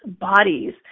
bodies